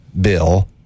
bill